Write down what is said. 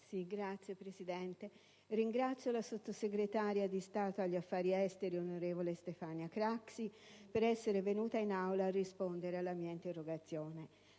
Signor Presidente, ringrazio la sottosegretaria di Stato per gli affari esteri, onorevole Stefania Craxi, per essere venuta in Aula a rispondere alla mia interrogazione.